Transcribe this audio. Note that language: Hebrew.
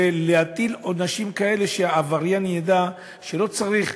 ולהטיל עונשים כאלה שהעבריין ידע שלא צריך